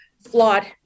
flawed